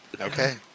Okay